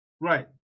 Right